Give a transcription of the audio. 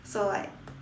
so like